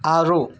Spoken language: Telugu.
ఆరు